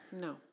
No